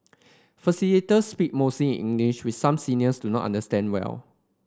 facilitators speak mostly in English which some seniors do not understand well